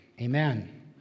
amen